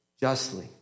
justly